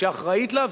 שאחראית לה.